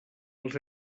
els